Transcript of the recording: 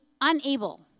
unable